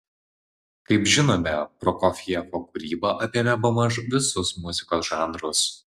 kaip žinome prokofjevo kūryba apėmė bemaž visus muzikos žanrus